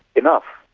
enough,